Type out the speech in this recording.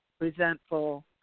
resentful